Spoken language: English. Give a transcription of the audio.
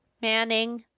manning,